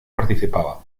participaba